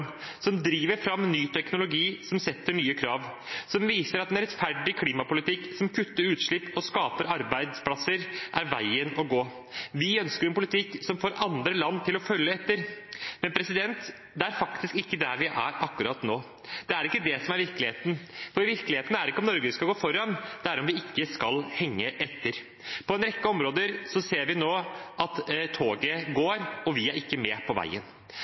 som driver fram ny teknologi, som setter nye krav, som viser at en rettferdig klimapolitikk som kutter utslipp og skaper arbeidsplasser, er veien å gå. Vi ønsker en politikk som får andre land til å følge etter, men det er faktisk ikke der vi er akkurat nå. Det er ikke det som er virkeligheten, for i virkeligheten handler det ikke om at Norge skal gå foran, men om at vi ikke skal henge etter. På en rekke områder ser vi nå at toget går, og vi er ikke med på veien.